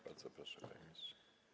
Bardzo proszę, panie ministrze.